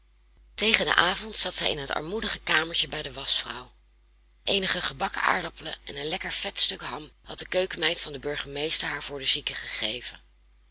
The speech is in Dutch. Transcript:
tegen den avond zat zij in het armoedige kamertje bij de waschvrouw eenige gebakken aardappelen en een lekker vet stuk ham had de keukenmeid van den burgemeester haar voor de zieke gegeven